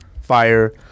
fire